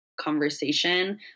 conversation